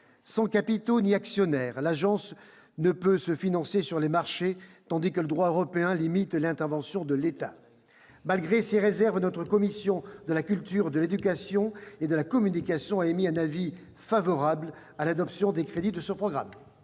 sans capitaux ni actionnaire, l'Agence ne peut se financer sur les marchés, tandis que le droit européen limite l'intervention de l'État. Malgré ces réserves, la commission de la culture, de l'éducation et de la communication a émis un avis favorable à l'adoption des crédits de ce programme.